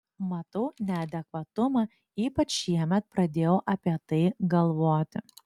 matau neadekvatumą ypač šiemet pradėjau apie tai galvoti